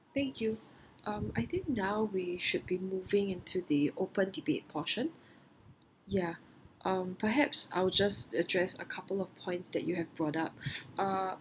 thank you um I think now we should be moving into the open debate portion ya um perhaps I'll just address a couple of points that you have brought up uh